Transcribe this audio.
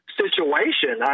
situation